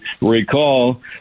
recall